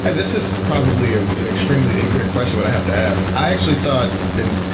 and this is probably ah an extremely ignorant question, but i have to ask. i actually thought then